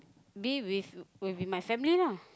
be with with my family lah